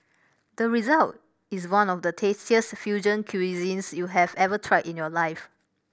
the result is one of the tastiest fusion cuisines you have ever tried in your life